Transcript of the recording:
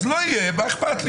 אז לא יהיה חוק,